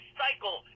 cycle